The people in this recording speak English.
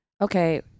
Okay